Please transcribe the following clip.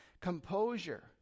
composure